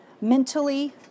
mentally